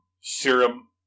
serum